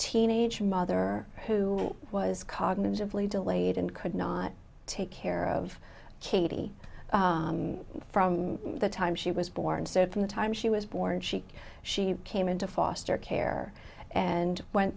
teenage mother who was cognitively delayed and could not take care of katie from the time she was born so from the time she was born she she came into foster care and went